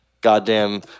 goddamn